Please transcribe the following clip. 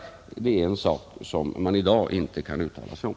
Det är en sak som man i dag inte kan uttala sig om.